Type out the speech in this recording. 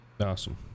awesome